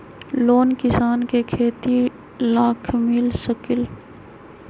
Loan किसान के खेती लाख मिल सकील?